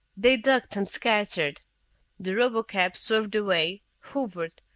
they ducked and scattered the robotcab swerved away, hovered,